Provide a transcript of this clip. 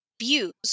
views